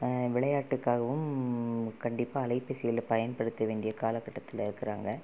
விளையாட்டுக்காகவும் கண்டிப்பாக அலைபேசியில் பயன்படுத்த வேண்டிய காலக்கட்டத்தில் இருக்கிறாங்க